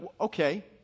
okay